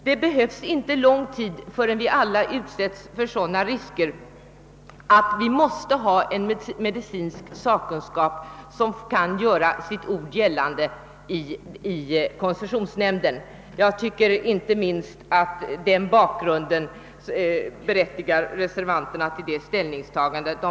Det behövs inte lång tid förrän vi alla utsätts för sådana risker, att medicinsk sakkunskap måste kunna göra sitt ord gällande i koncessionsnämnden. Jag tycker att inte minst den bakgrunden berättigar reservanterna till deras ställningstagande.